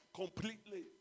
completely